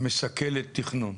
מסכלת תכנון?